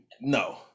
no